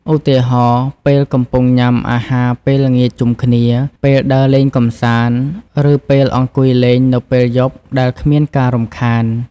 ឧទាហរណ៍ ពេលកំពុងញ៉ាំអាហារពេលល្ងាចជុំគ្នា ពេលដើរលេងកម្សាន្ត ឬពេលអង្គុយលេងនៅពេលយប់ដែលគ្មានការរំខាន។